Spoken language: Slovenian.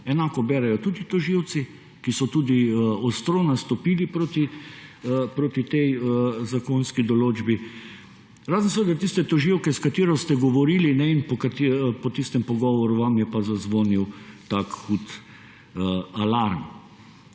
enako berejo tudi tožilci, ki so tudi ostro nastopili proti tej zakonski določbi. Razen tiste tožilke, s katero ste govorili, po tistem pogovoru vam je pa zazvonil tak hud alarm.